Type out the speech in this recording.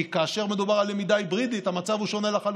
כאשר מדובר בלמידה היברידית, המצב שונה לחלוטין,